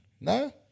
No